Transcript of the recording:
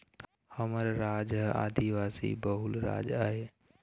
हमर राज ह आदिवासी बहुल राज आय